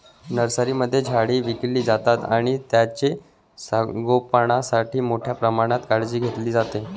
नर्सरीमध्ये झाडे विकली जातात आणि त्यांचे संगोपणासाठी मोठ्या प्रमाणात काळजी घेतली जाते